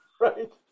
Right